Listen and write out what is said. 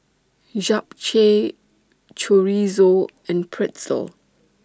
Japchae Chorizo and Pretzel